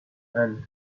and